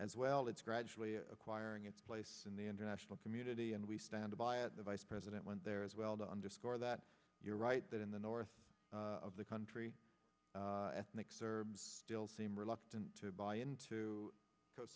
as well it's gradually acquiring its place in the international community and we stand by and the vice president went there as well to underscore that you're right that in the north of the country ethnic serbs still seem reluctant to buy into